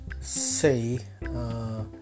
say